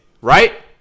right